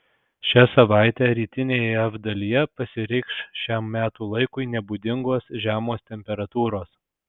šią savaitę rytinėje jav dalyje pasireikš šiam metų laikui nebūdingos žemos temperatūros